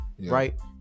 Right